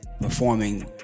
performing